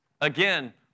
Again